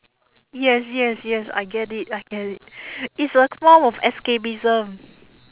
yes yes yes I get it I get it it's a form of escapism